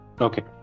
Okay